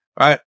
right